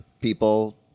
people